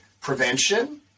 prevention